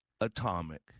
atomic